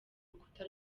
rukuta